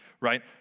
right